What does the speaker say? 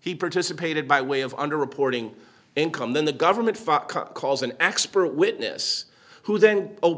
he participated by way of underreporting income then the government five calls an expert witness who then o